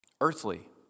earthly